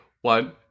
One